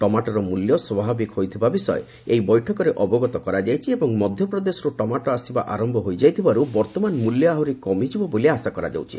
ଟମାଟୋର ମୂଲ୍ୟ ସ୍ୱାଭାବିକ ହୋଇଥିବା ବିଷୟ ଏହି ବୈଠକରେ ଅବଗତ କରାଯାଇଛି ଏବଂ ମଧ୍ୟପ୍ରଦେଶରୁ ଟମାଟୋ ଆସିବା ଆରମ୍ଭ ହୋଇଯାଇଥିବାରୁ ବର୍ତ୍ତମାନ ମୂଲ୍ୟ ଆହୁରି କମିଯିବ ବୋଲି ଆଶା କରାଯାଉଛି